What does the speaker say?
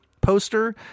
poster